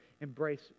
embrace